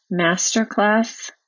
masterclass